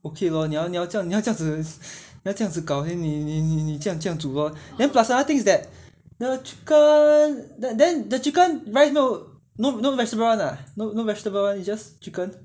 okay lor 你要你要你要这样子 这样子搞 then 你你这样这样煮 lor then plus another thing is that the chicken then the chicken right no no no vegetable [one] ah no no vegetable [one] you just chicken